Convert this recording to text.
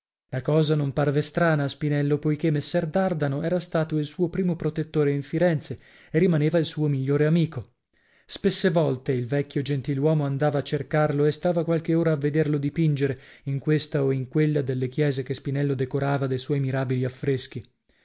la cosa non parve strana a spinello poichè messer dardano era stato il suo primo protettore in firenze e rimaneva il suo migliore amico spesse volte il vecchio gentiluomo andava a cercarlo e stava qualche ora a vederlo dipingere in questa o in quella delle chiese che spinello decorava de suoi mirabili affreschi